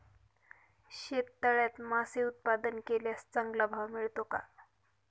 शेततळ्यात मासे उत्पादन केल्यास चांगला भाव मिळतो का?